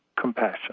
compassion